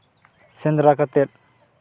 ᱥᱮᱸᱫᱽᱨᱟ ᱠᱟᱛᱮᱫ